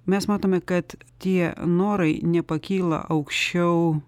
mes matome kad tie norai nepakyla aukščiau